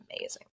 amazing